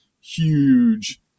huge